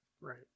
Right